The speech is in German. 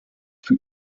für